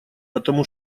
потому